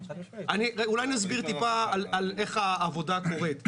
אולי נסביר טיפה על איך העבודה קורית.